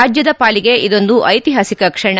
ರಾಜ್ಯದ ಪಾಲಿಗೆ ಇದೊಂದು ಐತಿಹಾಸಿಕ ಕ್ಷಣ